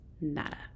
Nada